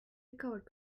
recovered